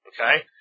Okay